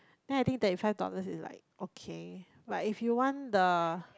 then I think thirty five dollars is like okay but if you want the